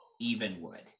Evenwood